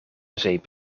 zeep